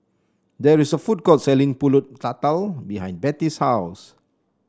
there is a food court selling pulut Tatal behind Betty's house